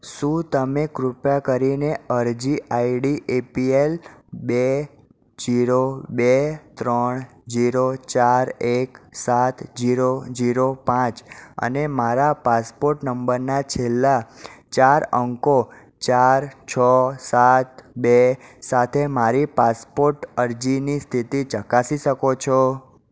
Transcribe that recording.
શું તમે કૃપા કરીને અરજી આયડી એપીએલ બે જીરો બે ત્રણ જીરો ચાર એક સાત જીરો જીરો પાંચ અને મારા પાસપોટ નંબરના છેલ્લા ચાર અંકો ચાર છ સાત બે સાથે મારી પાસપોટ અરજીની સ્થિતિ ચકાસી શકો છો